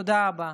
תודה רבה.